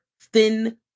thin